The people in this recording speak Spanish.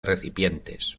recipientes